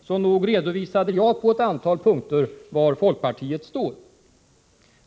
Så nog redovisade jag på ett antal punkter var folkpartiet står.